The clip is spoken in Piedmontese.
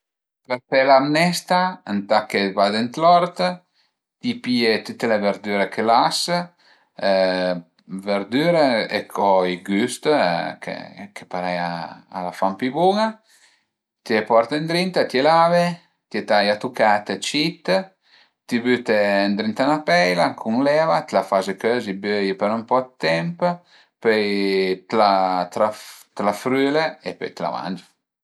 Për fe la mnesta ëntà che vade ën l'ort, ti pìe tüte le verdüre che l'as, verdüre e co i güst che parei a la fan pi bun-a, t'ie porte ëndrinta, t'ie lave, t'ie taie a tuchet cit, ti büte ëndrinta a 'na peila cun l'eva, t'la faze cözi, böi për ën po dë temp, pöi t'la früle e pöi t'la mange